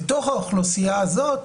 בתוך האוכלוסייה הזאת,